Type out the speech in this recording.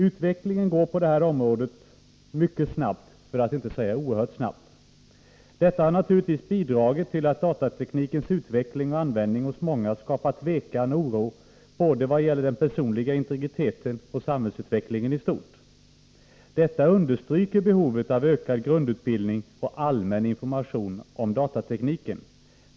Utvecklingen går på det här området mycket snabbt, för att inte säga oerhört snabbt. Detta har naturligtvis bidragit till att datateknikens utveckling och användning hos många skapat tvekan och oro både vad gäller den personliga integriteten och samhällsutvecklingen i stort. Detta understryker behovet av ökad grundutbildning och allmän information om datatekniken.